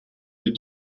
les